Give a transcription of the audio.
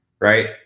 right